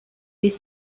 des